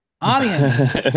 Audience